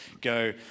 go